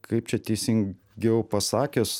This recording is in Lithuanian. kaip čia teisingiau pasakius